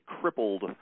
crippled